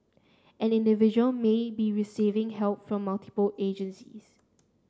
an individual may be receiving help from multiple agencies